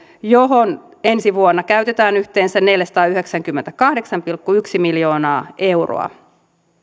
johon ensi vuonna käytetään yhteensä neljäsataayhdeksänkymmentäkahdeksan pilkku yksi miljoonaa euroa